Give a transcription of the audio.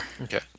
Okay